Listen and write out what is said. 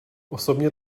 osobně